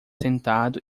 sentado